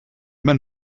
men